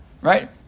right